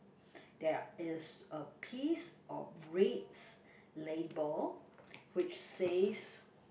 there is a piece of red label which says